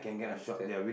understand